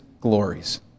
glories